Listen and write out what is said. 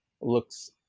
looks